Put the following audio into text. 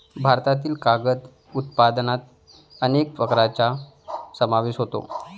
भारतातील कागद उत्पादनात अनेक प्रकारांचा समावेश होतो